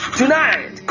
tonight